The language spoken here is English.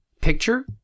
picture